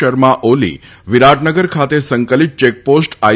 શર્મા ઓલી વિરાટનગર ખાતે સંકલિત ચેકપોસ્ટ આઈ